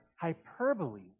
hyperbole